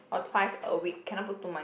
or twice a week cannot put too much